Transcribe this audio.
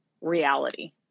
reality